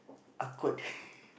awkward